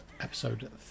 episode